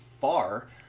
far